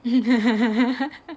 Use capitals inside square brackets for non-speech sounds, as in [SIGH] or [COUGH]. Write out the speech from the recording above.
[LAUGHS]